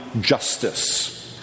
justice